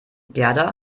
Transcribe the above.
gerda